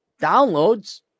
downloads